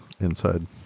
inside